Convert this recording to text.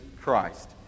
Christ